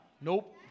Nope